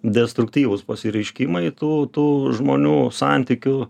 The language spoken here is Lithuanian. destruktyvūs pasireiškimai tų tų žmonių santykių